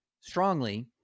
strongly